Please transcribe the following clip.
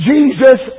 Jesus